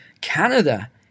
Canada